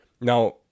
Now